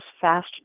fast